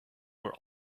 where